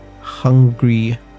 hungry